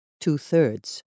two-thirds